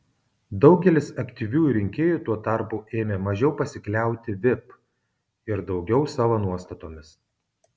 daugelis aktyviųjų rinkėjų tuo tarpu ėmė mažiau pasikliauti vip ir daugiau savo nuostatomis